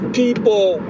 people